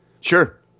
Sure